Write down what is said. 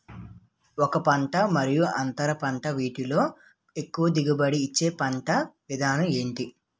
ఒక పంట మరియు అంతర పంట వీటిలో ఎక్కువ దిగుబడి ఇచ్చే పంట విధానం ఏంటి?